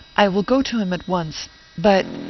i will go to him at once but,